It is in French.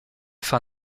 fin